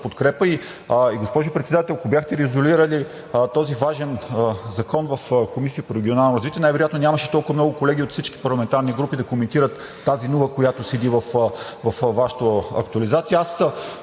подкрепа. Госпожо Председател, ако бяхте резолирали този важен закон в Комисията по регионалното развитие, най-вероятно нямаше толкова много колеги от всички парламентарни групи да коментират тази нула, която стои във Вашата актуализация.